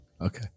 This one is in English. Okay